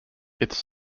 its